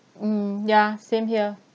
hmm yeah same here